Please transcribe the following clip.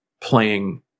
playing